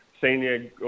senior